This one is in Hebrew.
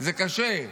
זה קשה.